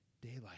daylight